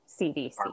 CDC